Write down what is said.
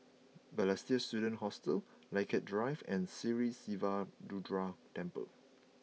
Balestier Student Hostel Lilac Drive and Sri Siva Durga Temple